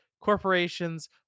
corporations